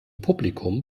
publikum